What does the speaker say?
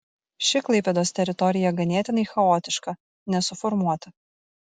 ši klaipėdos teritorija ganėtinai chaotiška nesuformuota